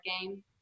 game